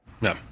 No